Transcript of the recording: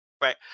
Right